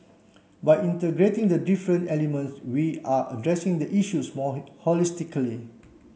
by integrating the different elements we are addressing the issues more holistically